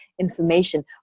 information